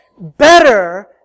better